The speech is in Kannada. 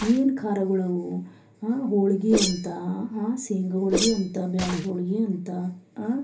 ಏನು ಖಾರಗಳವು ಹೋಳಿಗಿ ಅಂತ ಹಾಂ ಶೇಂಗ ಹೋಳಿಗಿ ಅಂತ ಬ್ಯಾಳಿ ಹೋಳಿಗಿ ಅಂತ